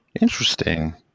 Interesting